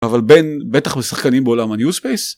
אבל בין בטח משחקנים בעולם הניוספייס.